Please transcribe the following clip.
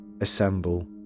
assemble